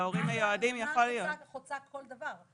אומנה חוצה כל דבר.